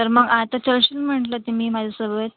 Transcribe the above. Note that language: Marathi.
तर मग आता चलशील म्हटलं तर मी माझ्यासोबत